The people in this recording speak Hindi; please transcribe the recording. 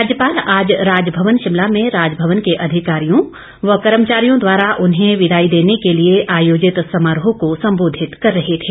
राज्यपाल आज राजभवन शिमला में राजभवन के अधिकारियों व कर्मचारियों द्वारा उन्हें विदाई देने के लिए आयोजित समारोह को संबोधित कर रहे थे